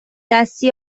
دستی